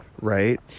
Right